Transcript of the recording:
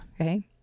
Okay